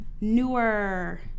newer